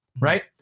right